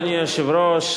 אדוני היושב-ראש,